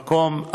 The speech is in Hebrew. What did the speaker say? המקום,